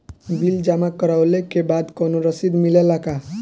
Bill जमा करवले के बाद कौनो रसिद मिले ला का?